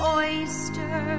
oyster